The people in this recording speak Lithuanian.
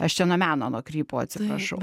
aš čia nuo meno nukrypau atsiprašau